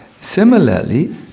Similarly